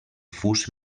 fus